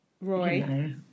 Roy